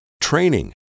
Training